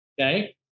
Okay